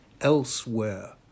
elsewhere